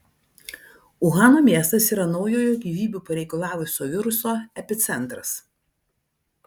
uhano miestas yra naujojo gyvybių pareikalavusio viruso epicentras